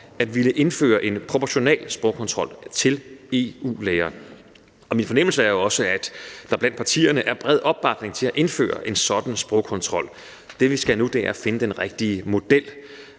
at indføre en national sprogkontrol for EU-læger. Min fornemmelse er også, at der blandt partierne er bred opbakning til at indføre en sådan sprogkontrol. Det, vi skal nu, er at finde den rigtige model.